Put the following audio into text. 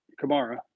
Kamara